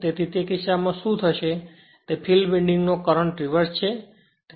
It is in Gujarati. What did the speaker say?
તેથી તે કિસ્સામાં શું થશે તે ફિલ્ડ વિન્ડિંગ નો કરંટ રીવર્સછે